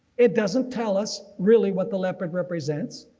it doesn't tell us really what the leopard represents,